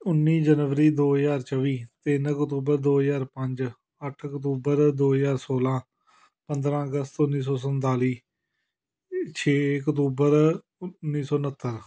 ਉੱਨੀ ਜਨਵਰੀ ਦੋ ਹਜ਼ਾਰ ਚੌਬੀ ਤਿੰਨ ਅਕਤੂਬਰ ਦੋ ਹਜ਼ਾਰ ਪੰਜ ਅੱਠ ਅਕਤੂਬਰ ਦੋ ਹਜ਼ਾਰ ਸੋਲ੍ਹਾਂ ਪੰਦਰ੍ਹਾਂ ਅਗਸਤ ਉੱਨੀ ਸੌ ਸੰਤਾਲੀ ਛੇ ਅਕਤੂਬਰ ਉੱਨੀ ਸੌ ਉਣੱਤਰ